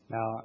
Now